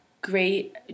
great